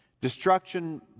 Destruction